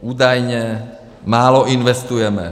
Údajně málo investujeme.